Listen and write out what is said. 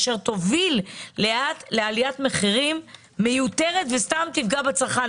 אשר תוביל לאט לעליית מחירים מיותרת וסתם תפגע בצרכן.